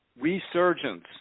resurgence